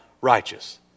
righteous